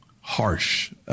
harsh